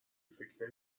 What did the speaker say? فکر